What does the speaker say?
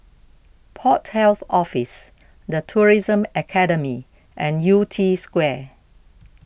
Port Health Office the Tourism Academy and Yew Tee Square